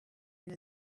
time